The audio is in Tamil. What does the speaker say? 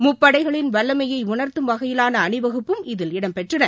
முப்படைகளின் வல்லமையை உணர்த்தும் வகையிலான அணிவகுப்பும் இதில் இடம்பெற்றன